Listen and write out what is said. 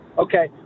Okay